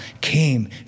came